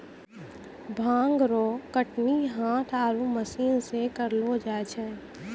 भांग रो कटनी हाथ आरु मशीन से करलो जाय छै